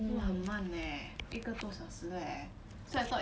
but af~ everytime after that you go your 男朋友 house ah